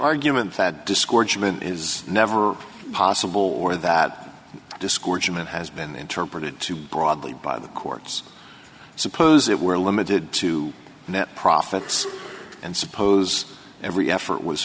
argument that discouragement is never possible or that discouragement has been interpreted too broadly by the courts suppose it were limited to net profits and suppose every effort was